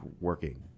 working